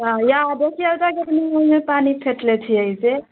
आओर इएह देखियौ तऽ केतने ओइमे पानि फेटले छियै से